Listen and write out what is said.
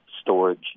Storage